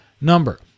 number